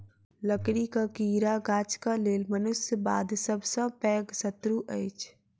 लकड़ीक कीड़ा गाछक लेल मनुष्य बाद सभ सॅ पैघ शत्रु अछि